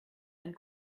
and